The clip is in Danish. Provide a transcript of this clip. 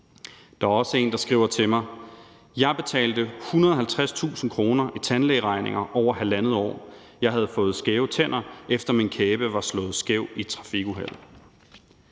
Der er også en, der skriver til mig: »Jeg betalte 150.000 kr i tandlægeregninger over halvandet år. Jeg havde fået skæve tænder, efter min kæbe blev slået skæv i trafikuheld.«